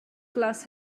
glas